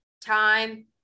Time